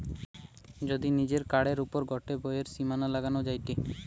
যদি নিজের কার্ডের ওপর গটে ব্যয়ের সীমা লাগানো যায়টে